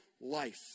life